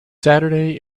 saturday